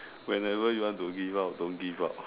whenever you want to give up don't give up